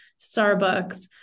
Starbucks